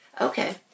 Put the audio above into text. Okay